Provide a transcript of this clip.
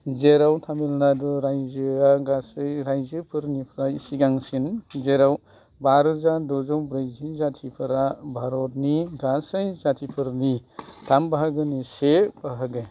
जेराव तामिलनाडु रायजोआ गासै रायजोफोरनिफ्राय सिगांसिन जेराव बारोजा द'जौ ब्रैजि जातिफोरा भारतनि गासै जातिफोरनि थाम बाहागोनि से बाहागो